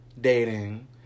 Dating